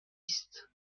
است